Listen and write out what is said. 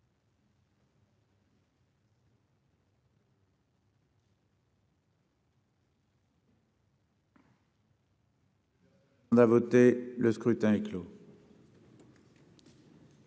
Le scrutin est clos.